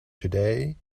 today